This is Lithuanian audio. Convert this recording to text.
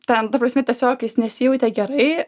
ten ta prasme tiesiog jis nesijautė gerai